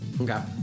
Okay